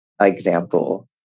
example